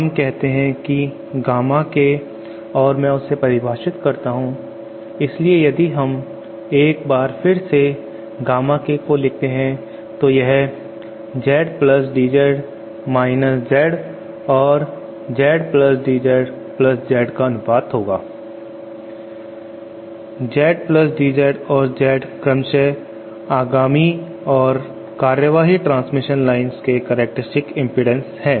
हम कहते हैं कि गामा K K और मैं उसे परिभाषित करता हूं इसलिए यदि हम एक बार फिर से गामा K K को लिखते हैं तो वह Z DZ माइनस Z और ZDZ प्लस Z का अनुपात होगा ZDZ और Z क्रमशः आगामी और कार्यवाही ट्रांसमिशन लाइनस के करैक्टरस्टिक इम्पीडन्स है